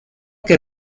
que